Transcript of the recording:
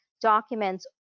documents